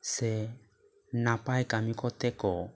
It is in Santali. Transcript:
ᱥᱮ ᱱᱟᱯᱟᱭ ᱠᱟᱹᱢᱤ ᱠᱚᱛᱮ ᱠᱚ